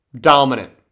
Dominant